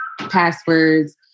passwords